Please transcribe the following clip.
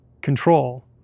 control